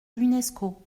l’unesco